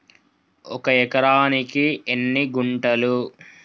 ఒక ఎకరానికి ఎన్ని గుంటలు?